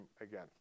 again